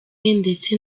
ndetse